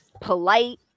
polite